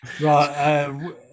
right